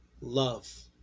love